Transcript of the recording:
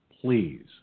please